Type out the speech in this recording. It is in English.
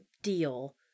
deal